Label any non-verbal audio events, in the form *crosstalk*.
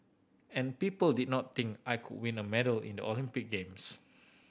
and people did not think I could win a medal in the Olympic games *noise*